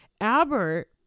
albert